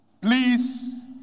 please